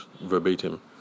verbatim